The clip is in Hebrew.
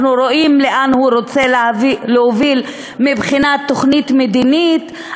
אנחנו רואים לאן הוא רוצה להוביל מבחינת תוכנית מדינית,